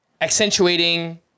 accentuating